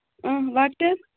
اۭں لۄکٕٹیٚن